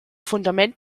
fundament